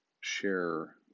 share